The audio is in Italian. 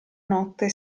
notte